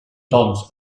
doncs